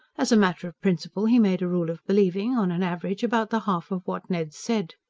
as a matter of principle. he made a rule of believing, on an average, about the half of what ned said.